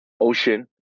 Ocean